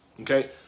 okay